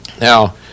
Now